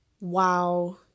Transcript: Wow